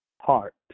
heart